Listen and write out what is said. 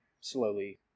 slowly